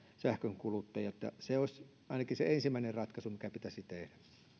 sähkönkuluttajat se olisi ainakin se ensimmäinen ratkaisu mikä pitäisi tehdä